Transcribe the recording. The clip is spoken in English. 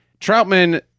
Troutman